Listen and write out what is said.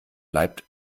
bleibt